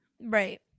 Right